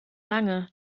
lange